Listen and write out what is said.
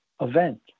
event